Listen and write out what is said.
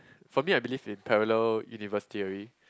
for me I believe in parallel universe theory